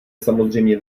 samozřejmě